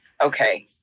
Okay